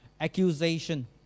Accusation